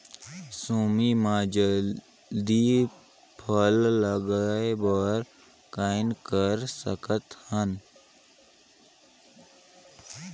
सेमी म जल्दी फल लगाय बर कौन कर सकत हन?